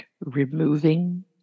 removing